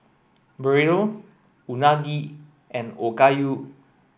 Burrito Unagi and Okayu